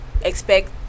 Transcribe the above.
expect